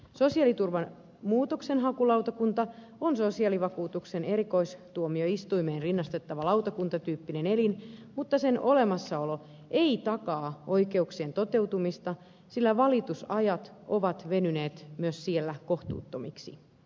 sosiaaliturvan muutoksenhakulautakunta on sosiaalivakuutuksen erikoistuomioistuimeen rinnastettava lautakuntatyyppinen elin mutta sen olemassaolo ei takaa oikeuksien toteutumista sillä valitusajat ovat venyneet myös siellä kohtuuttomiksi